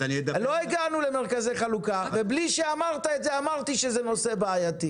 לא הגענו עדיין למרכזי חלוקה ובלי שאמרת את זה אמרתי שזה נושא בעייתי.